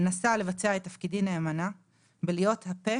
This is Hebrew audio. מנסה לבצע את תפקידי נאמנה בלהיות הפה